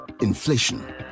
Inflation